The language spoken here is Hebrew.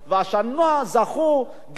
והשנה זכו גם,